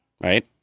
right